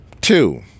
Two